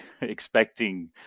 expecting